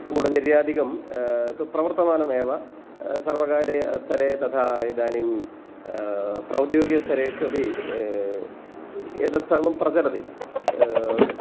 गूडचिर्यादिकं तु प्रवर्तमानमेव सर्वकारीयस्तरे तथा इदानीं प्रौद्योगिकस्तरेषु अपि एतत् सर्वं प्रचलति